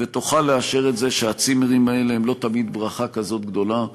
ותוכל לאשר את זה שהצימרים האלה הם לא תמיד ברכה כזאת גדולה.